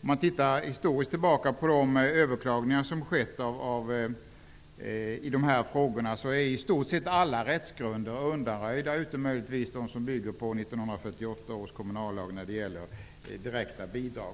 man historiskt ser tillbaka på de överklagningar som har gjorts, är i stort sett alla rättsgrunder undanröjda, utom möjligtvis de rättsgrunder som bygger på 1948 års kommunallag beträffande direkta bidrag.